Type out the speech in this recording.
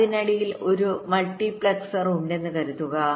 അതിനിടയിൽ ഒരു മൾട്ടിപ്ലക്സർ ഉണ്ടെന്ന് കരുതുക